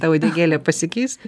ta uodegėlė pasikeis